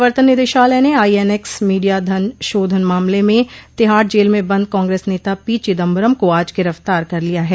प्रवर्तन निदेशालय ने आईएनएक्स मीडिया धनशोधन मामले में तिहाड़ जेल में बंद कांग्रेस नेता पीचिदंबरम को आज गिरफ्तार कर लिया है